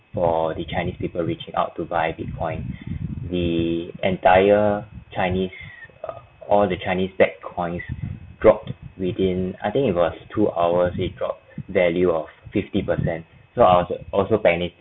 for the chinese people reaching out to buy bitcoin the entire chinese uh all the chinese tech coins dropped within I think it was two hours it drop value of fifty percent so I was also panic